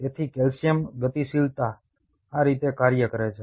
તેથી કેલ્શિયમ ગતિશીલતા આ રીતે કાર્ય કરે છે